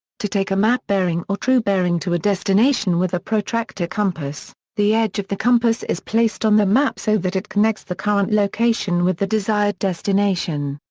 to take a map bearing or true bearing to a destination with a protractor compass, the edge of the compass is placed on the map so that it connects the current location with the desired destination.